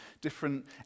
different